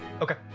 Okay